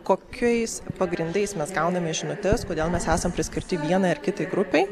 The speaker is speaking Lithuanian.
kokiais pagrindais mes gauname žinutes kodėl mes esam priskirti vienai ar kitai grupei